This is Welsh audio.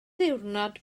ddiwrnod